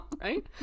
right